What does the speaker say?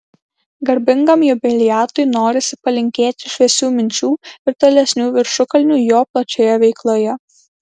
garbingam jubiliatui norisi palinkėti šviesių minčių ir tolesnių viršukalnių jo plačioje veikloje